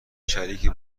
شریک